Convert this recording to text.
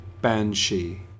banshee